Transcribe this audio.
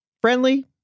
Friendly